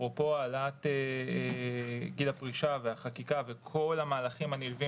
אפרופו העלאת גיל הפרישה והחקיקה וכל המהלכים הנלווים